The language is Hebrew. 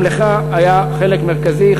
גם לך היה חלק מרכזי.